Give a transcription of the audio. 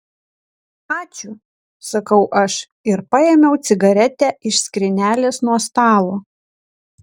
ačiū sakau aš ir paėmiau cigaretę iš skrynelės nuo stalo